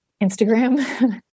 Instagram